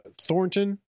Thornton